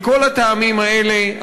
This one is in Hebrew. מכל הטעמים האלה,